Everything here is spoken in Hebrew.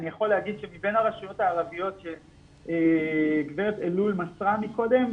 אני יכול להגיד שמבין הרשויות הערביות שגברת אלול מסרה מקודם,